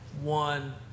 one